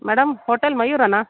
madam hotel ಮಯೂರನಾ